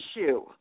issue